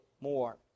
more